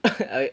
I